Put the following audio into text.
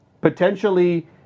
potentially